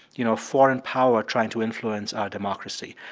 you know, foreign power trying to influence our democracy?